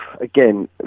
again